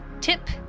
Tip